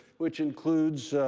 which includes,